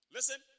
Listen